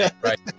Right